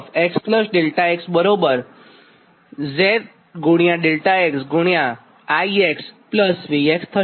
તો V x ∆x બરાબર Z ∆x I V થશે